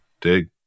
Dig